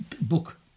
book